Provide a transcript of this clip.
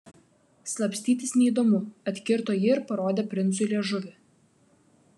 slapstytis neįdomu atkirto ji ir parodė princui liežuvį